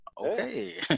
Okay